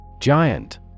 Giant